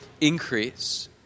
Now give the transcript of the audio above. increase